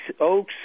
Oaks